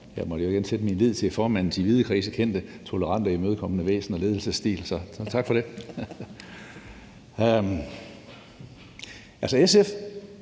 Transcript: Jeg måtte jo igen sætte min lid til formandens i vide kredse kendte tolerante og imødekommende væsen og ledelsesstil, så tak for det.